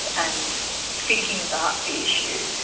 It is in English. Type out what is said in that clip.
and thinking about the issue,